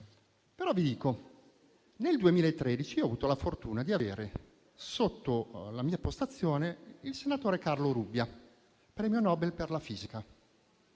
però che nel 2013 ho avuto la fortuna di avere, sotto la mia postazione, il senatore Carlo Rubbia, premio Nobel per la fisica.